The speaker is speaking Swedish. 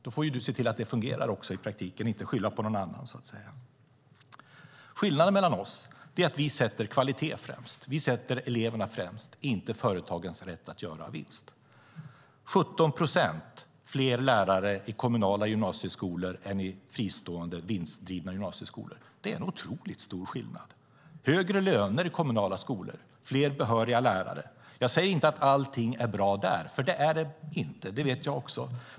Då får du se till att det fungerar i praktiken, och skyll inte på någon annan. Skillnaden mellan oss är att vi sätter kvaliteten främst. Vi sätter eleverna främst, inte företagens rätt att göra vinst. 17 procent fler lärare i kommunala gymnasieskolor än i fristående vinstdrivande gymnasieskolor - det är en otroligt stor skillnad. Det är högre löner i kommunala skolor och fler behöriga lärare. Jag säger inte att allting är bra i kommunala skolor, för det är det inte, och det vet jag också.